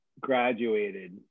graduated